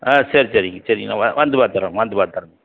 ஆ சரி சரிங்க சரிங்க வந்து பார்த்துத்தரங்க வந்து பார்த்துத்தரங்க